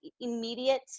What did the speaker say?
immediate